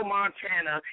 Montana